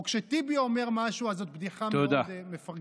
או כשטיבי אומר משהו אז זאת "בדיחה מאוד מפרגנת".